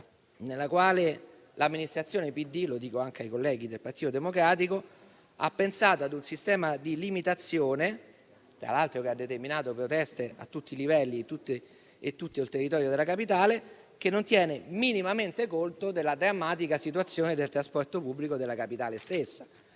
nella quale l'amministrazione PD - lo dico anche ai colleghi del Partito Democratico - ha pensato ad un sistema di limitazione, che tra l'altro ha determinato proteste a tutti i livelli nel territorio della capitale, che non tiene minimamente conto della drammatica situazione del trasporto pubblico della capitale stessa,